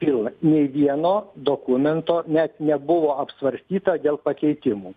pilna nei vieno dokumento net nebuvo apsvarstyta dėl pakeitimų